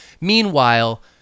Meanwhile